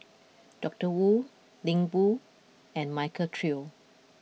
Doctor Wu Ling Wu and Michael Trio